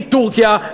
מטורקיה,